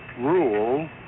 rule